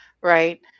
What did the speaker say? right